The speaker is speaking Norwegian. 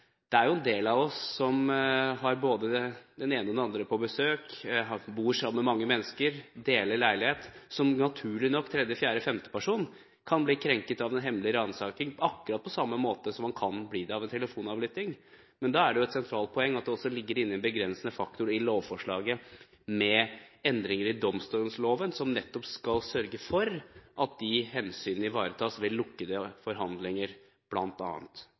Det er jo en del av oss som har både den ene og den andre på besøk, bor sammen med mange mennesker, deler leilighet. Naturlig nok kan en tredje-, fjerde-, femteperson bli krenket av den hemmelige ransakingen, akkurat på samme måte som man kan bli det av en telefonavlytting, men da er det jo et sentralt poeng at det også ligger inne en begrensende faktor i lovforslaget med endringer i domstolloven, som nettopp skal sørge for at de hensynene ivaretas bl.a. ved lukkede forhandlinger.